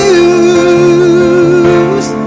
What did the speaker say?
use